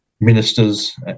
ministers